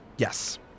Yes